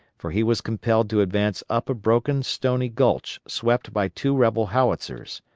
for he was compelled to advance up a broken stony gulch swept by two rebel howitzers.